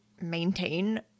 maintain